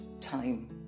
time